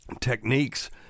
techniques